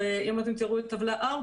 אם אתם תראו את טבלה 4,